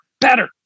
better